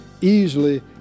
easily